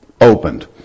opened